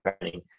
training